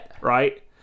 right